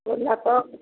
ଗୋଲାପ